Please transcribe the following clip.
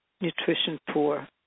nutrition-poor